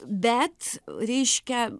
bet reiškia